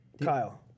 Kyle